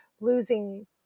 losing